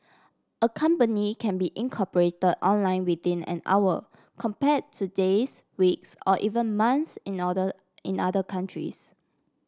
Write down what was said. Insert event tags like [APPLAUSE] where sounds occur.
a company can be incorporate online within an hour compare to days weeks or even months in [UNINTELLIGIBLE] in other countries